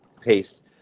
pace